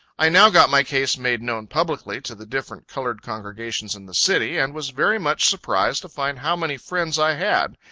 i now got my case made known publicly to the different colored congregations in the city and was very much surprised to find how many friends i had,